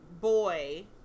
boy